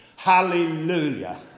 hallelujah